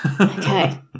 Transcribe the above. Okay